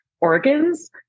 organs